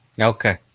Okay